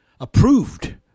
approved